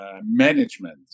management